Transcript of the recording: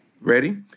Ready